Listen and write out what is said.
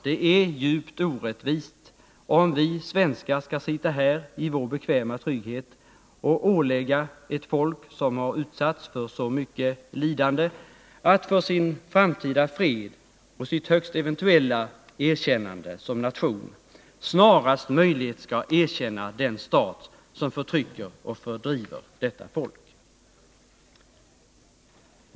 Det är djupt orättvist om vi svenskar skall sitta här i vår bekväma trygghet och ålägga ett folk, som har utsatts för så mycket lidande, att för sin framtida fred och sitt högst eventuella erkännande som nation, snarast möjligt erkänna den stat som förtrycker och fördriver detta folk.